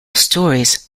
stories